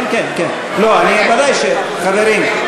חברים,